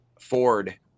Ford